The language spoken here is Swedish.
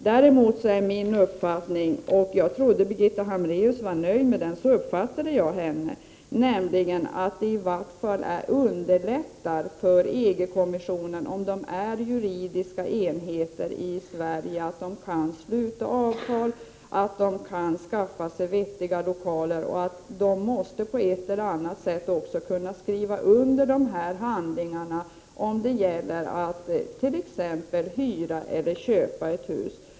Däremot är min uppfattning, och jag trodde att Birgitta Hambraeus var nöjd med det — så uppfattade jag henne — att det i varje fall underlättar för EG-kommissionen om man är juridisk enhet i Sverige, så att man kan sluta avtal och skaffa sig acceptabla lokaler. Man måste också kunna skriva under handlingar när det t.ex. gäller att hyra eller köpa ett hus.